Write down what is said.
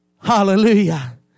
Hallelujah